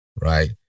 right